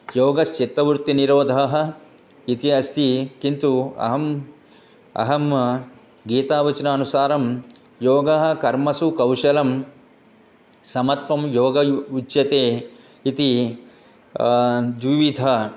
योगश्चित्तवृत्तिनिरोधः इति अस्ति किन्तु अहम् अहं गीतावचनानुसारं योगः कर्मसु कौशलं समत्वं योगम् यु उच्यते इति द्विविधानि